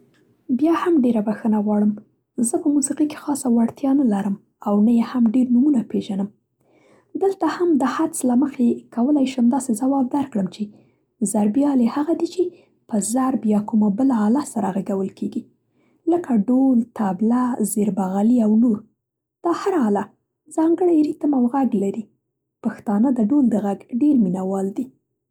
بیا هم بښنه غواړم، زه په موسیقۍ کې خاصه وړتیا نه لرم او نه یې هم ډېر نومونه پېژنم. دلته هم د حدس له مخې کولی شم داسې ځواب درکړم، چې ضربي آلې هغه دي چې په ضرب یا کومه بله آله سره غږول کېږي، لکه ډول، تبله، زېر بغلي او نور. دا هره آله ځانګړی ریتم او غږ لري. پښتانه د ډول د غږ ډېر مینه وال دي.